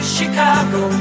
Chicago